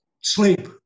sleep